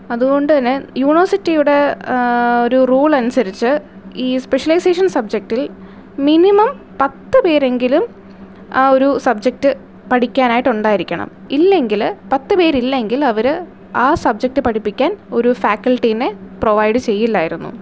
അതുകൊണ്ട് തന്നെ യൂണിവേഴ്സിറ്റിയുടെ ഒരു റൂളനുസരിച്ച് ഈ സ്പെഷ്യലൈസേഷൻ സബ്ജക്റ്റിൽ മിനിമം പത്ത് പേരെങ്കിലും ആ ഒരു സബ്ജെക്റ്റ് പഠിക്കാനായിട്ട് ഉണ്ടാരിക്കണം ഇല്ലെങ്കിൽ പത്ത് പേരില്ലങ്കിൽ അവർ ആ സബ്ജക്റ്റ് പഠിപ്പിക്കാൻ ഒരു ഫാക്കൽറ്റിയെ പ്രൊവൈഡ് ചെയ്യില്ലായിരുന്നു